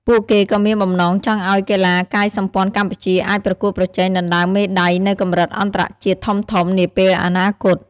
ពួកគេក៏មានបំណងចង់ឱ្យកីឡាកាយសម្ព័ន្ធកម្ពុជាអាចប្រកួតប្រជែងដណ្តើមមេដៃនៅកម្រិតអន្តរជាតិធំៗនាពេលអនាគត។